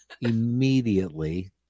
Immediately